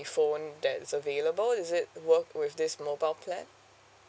phone that is available is it work with this mobile plan